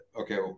Okay